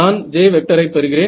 நான் J ஐ பெறுகிறேன்